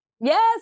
Yes